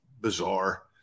bizarre